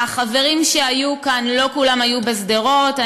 החברים שהיו כאן לא כולם היו בשדרות.